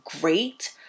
great